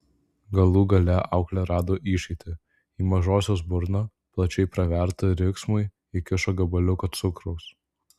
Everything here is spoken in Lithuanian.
galų gale auklė rado išeitį į mažosios burną plačiai pravertą riksmui įkišo gabaliuką cukraus